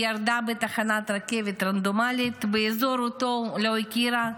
היא ירדה בתחנת רכבת רנדומלית באזור שאותו לא הכירה,